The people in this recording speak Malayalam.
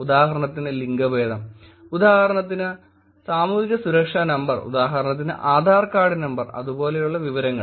ഉദാഹരണത്തിന് ലിംഗഭേദം ഉദാഹരണത്തിന് സാമൂഹിക സുരക്ഷാ നമ്പർ ഉദാഹരണത്തിന് ആധാർ കാർഡ് നമ്പർ അതുപോലുള്ള വിവരങ്ങൾ